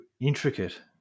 intricate